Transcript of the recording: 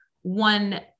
one